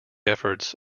efforts